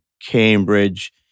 cambridge